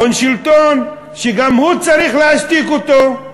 הון שלטון, שגם הוא, צריך להשתיק אותו.